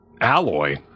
alloy